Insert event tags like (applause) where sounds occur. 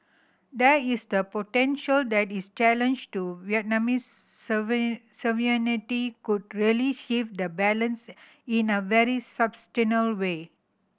there is the potential that is challenge to Vietnamese (unintelligible) sovereignty could really shift that balance in a very (unintelligible) way